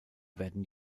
werden